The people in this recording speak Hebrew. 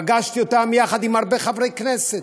פגשתי אותם יחד עם הרבה חברי כנסת.